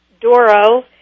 Doro